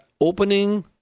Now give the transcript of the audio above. opening